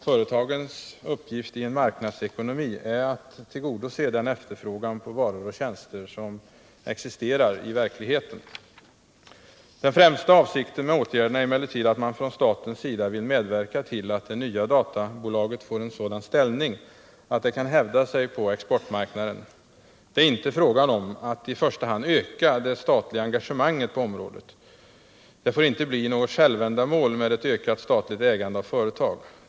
Företagens uppgift i en marknadsekonomi är att tillgodose den efterfrågan på varor och tjänster som existerar i verkligheten. Den främsta avsikten med åtgärderna är emellertid att man från statens sida vill medverka till att det nya databolaget får en sådan ställning att det kan hävda sig på exportmarknaden. Det är inte fråga om att i första hand öka det statliga engagemanget på området. Det får inte bli något självändamål med ett ökat statligt ägande av företag.